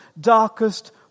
darkest